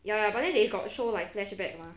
ya ya but then they got show like flashback mah